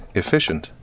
efficient